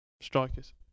Strikers